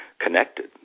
connected